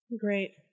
Great